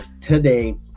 today